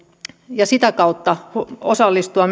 ja sitä kautta osallistua